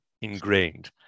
ingrained